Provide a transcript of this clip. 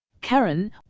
Karen